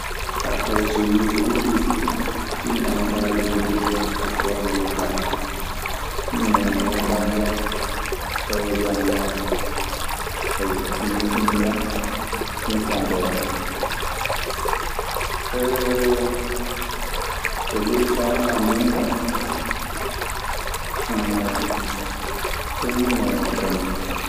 Faa tawee so yiite huɓɓi fuu yimɓe ana mbaawi noddireede njawna law ngara. noddaango ngoo tawee du ana yaafa. ɗun moƴƴiniraa. Ɗun faandoraa. E ley faamu an min ka ɗun nii non woni kañun.